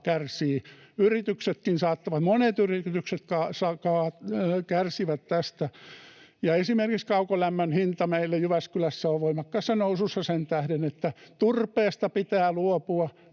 kärsii, ja monet yrityksetkin kärsivät tästä. Esimerkiksi kaukolämmön hinta meillä Jyväskylässä on voimakkaassa nousussa sen tähden, että turpeesta pitää luopua,